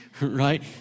right